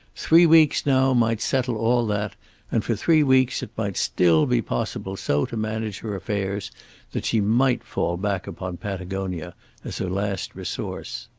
three weeks now might settle all that and for three weeks it might still be possible so to manage her affairs that she might fall back upon patagonia as her last resource.